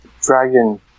Dragon